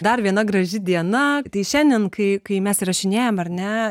dar viena graži diena tai šiandien kai kai mes įrašinėjam ar ne